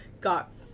got